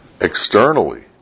externally